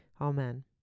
Amen